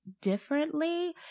differently